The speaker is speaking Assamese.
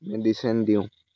মেডিচেন দিওঁ